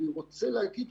אני רוצה להגיד,